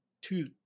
two